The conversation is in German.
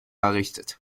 errichtet